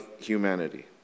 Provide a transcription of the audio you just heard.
humanity